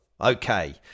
Okay